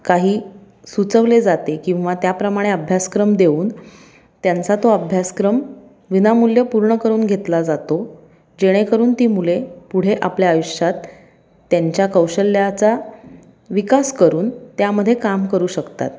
काही सुचवले जाते किंवा त्याप्रमाणे अभ्यासक्रम देऊन त्यांचा तो अभ्यासक्रम विनामूल्य पूर्ण करून घेतला जातो जेणेकरून ती मुले पुढे आपल्या आयुष्यात त्यांच्या कौशल्याचा विकास करून त्यामध्ये काम करू शकतात